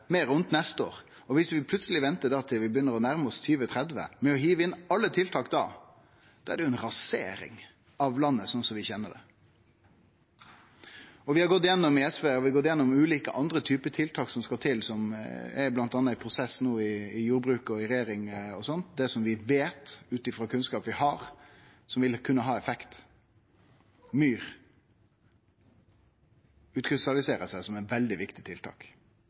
neste år. Viss vi plutseleg ventar til vi begynner å nærme oss 2030 og hiver inn alle tiltak da, blir det ei rasering av landet slik vi kjenner det. I SV har vi gått gjennom andre typar tiltak som må til, og som no bl.a. er i ein prosess i jordbruket og i regjeringa – det vi ut frå kunnskapen vi har, veit vil kunne ha effekt. Myr utkrystalliserer seg som eit veldig viktig tiltak,